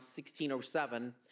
1607